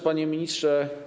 Panie Ministrze!